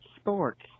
sports